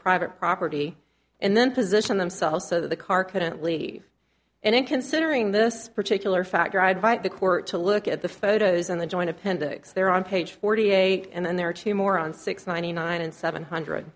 private property and then position themselves so that the car couldn't leave and in considering this particular factor i'd bite the court to look at the photos in the joint appendix they're on page forty eight and there are two more on six ninety nine and seven hundred